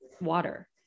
water